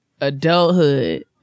adulthood